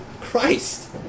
Christ